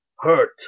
hurt